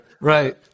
Right